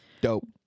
Dope